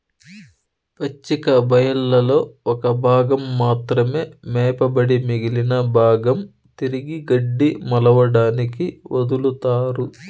పచ్చిక బయళ్లలో ఒక భాగం మాత్రమే మేపబడి మిగిలిన భాగం తిరిగి గడ్డి మొలవడానికి వదులుతారు